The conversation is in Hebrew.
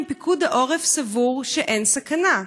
אם פיקוד העורף סבור שאין סכנה?